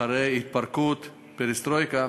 אחרי ההתפרקות, הפרסטרויקה,